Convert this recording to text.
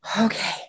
okay